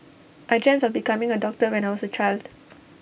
I dreamt of becoming A doctor when I was A child